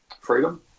freedom